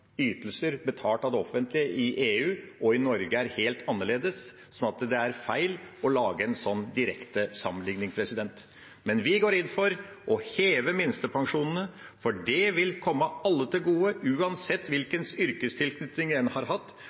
og i Norge er helt forskjellig, så det er feil å lage en sånn direkte sammenligning. Men vi går inn for å heve minstepensjonene, for det vil komme alle til gode, uansett hvilken yrkestilknytning en har hatt.